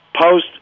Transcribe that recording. post